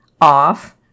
off